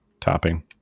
topping